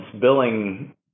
billing